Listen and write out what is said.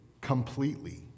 completely